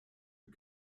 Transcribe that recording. und